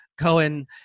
Cohen